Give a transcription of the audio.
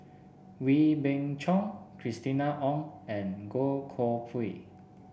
Wee Beng Chong Christina Ong and Goh Koh Pui